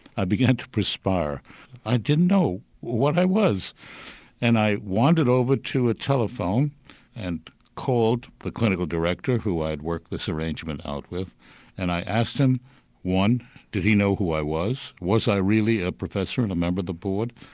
i began to perspire i didn't know what i was and i wandered over to a telephone and called the clinical director who i'd worked this arrangement out with and i asked him one did he know who i was? was i really a professor and a member of the board?